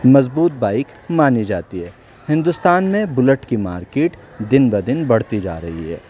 مضبوط بائک مانی جاتی ہے ہندوستان میں بلیٹ کی مارکیٹ دن بہ دن بڑھتی جا رہی ہے